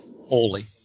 holy